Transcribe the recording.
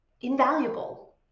invaluable